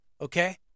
Okay